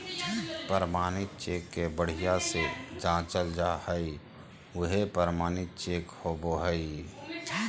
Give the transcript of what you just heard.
प्रमाणित चेक के बढ़िया से जाँचल जा हइ उहे प्रमाणित चेक होबो हइ